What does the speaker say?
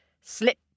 Slip